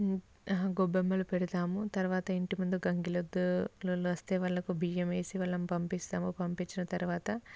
గొబ్బెమ్మలు పెడతాము తర్వాత ఇంటి ముందు గంగిరెద్దులు వాళ్ళు వస్తే వాళ్ళకు బియ్యం వేసి వాళ్ళని పంపిస్తాను పంపించిన తర్వాత